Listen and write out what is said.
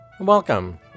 Welcome